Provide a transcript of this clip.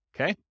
Okay